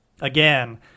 Again